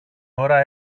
ώρα